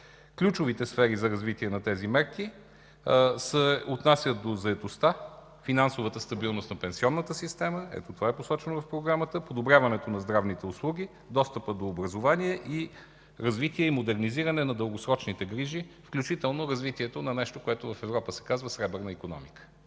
Ключовите сфери за развитие на тези мерки се отнасят до заетостта, финансовата стабилност на пенсионната система – ето това е посочено в Програмата, подобряването на здравните услуги, достъпа до образование, развитие и модернизиране на дългосрочните грижи, включително развитието на нещо, което в Европа се казва „сребърна икономика”.